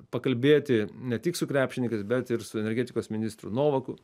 pakalbėti ne tik su krepšininkais bet ir su energetikos ministru novaku